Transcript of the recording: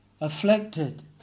afflicted